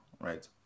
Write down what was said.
right